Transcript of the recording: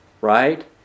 Right